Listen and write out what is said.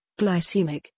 glycemic